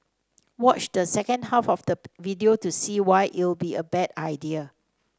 watch the second half of the video to see why it'll be a bad idea